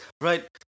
right